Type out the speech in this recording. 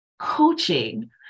coaching